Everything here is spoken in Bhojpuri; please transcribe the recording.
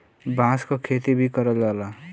बांस क खेती भी करल जाला